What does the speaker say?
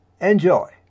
Enjoy